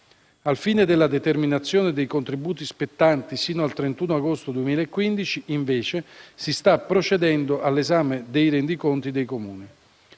Al fine della determinazione dei contributi spettanti fino al 31 agosto 2015, si sta invece procedendo all'esame dei rendiconti dei Comuni.